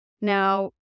Now